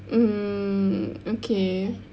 mm okay